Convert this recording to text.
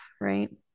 right